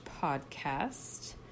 podcast